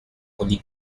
holy